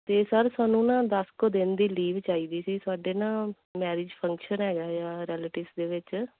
ਅਤੇ ਸਰ ਸਾਨੂੰ ਨਾ ਦਸ ਕੁ ਦਿਨ ਦੀ ਲੀਵ ਚਾਹੀਦੀ ਸੀ ਸਾਡੇ ਨਾ ਮੈਰਿਜ ਫੰਕਸ਼ਨ ਹੈਗਾ ਆ ਰੈਲਟਿਵਸ ਦੇ ਵਿੱਚ